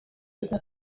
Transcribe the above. inka